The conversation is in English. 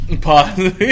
Pause